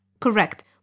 Correct